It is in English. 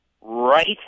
right